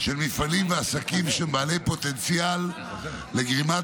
של מפעלים ועסקים שהם בעלי פוטנציאל לגרימת